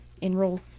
enroll